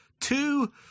two